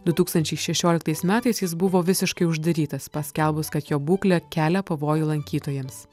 du tūkstančiai šešioliktais metais jis buvo visiškai uždarytas paskelbus kad jo būklė kelia pavojų lankytojams